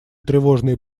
тревожные